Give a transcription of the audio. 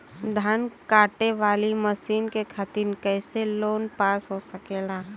धान कांटेवाली मशीन के खातीर कैसे लोन पास हो सकेला?